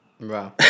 Wow